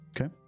okay